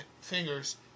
fingers